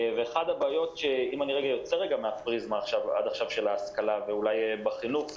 אם אני יוצא רגע מהפריזמה עד עכשיו של ההשכלה ואולי בחינוך,